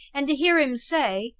and to hear him say,